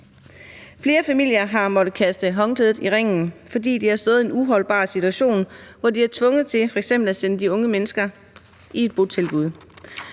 Flere familier har måttet kaste håndklædet i ringen, fordi de har stået i en uholdbar situation, hvor de f.eks. har været tvunget til at sende de unge mennesker i et botilbud.